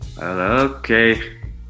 okay